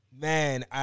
Man